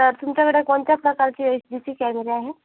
तर तुमच्याकडे कोणत्या प्रकारचे एच डी डी कॅमेरे आहेत